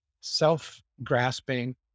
self-grasping